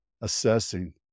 assessing